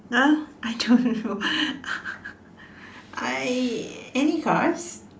!huh! I don't know I any cars